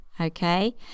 Okay